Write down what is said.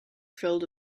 filled